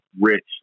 rich